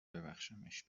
ببخشمش